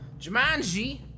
Jumanji